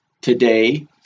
Today